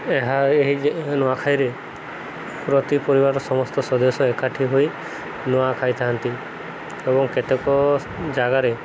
ଏହା ଏହି ନୂଆଖାଇରେ ପ୍ରତି ପରିବାରର ସମସ୍ତ ସଦସ୍ୟ ଏକାଠି ହୋଇ ନୂଆ ଖାଇଥାନ୍ତି ଏବଂ କେତେକ ଜାଗାରେ